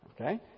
Okay